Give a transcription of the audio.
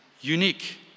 unique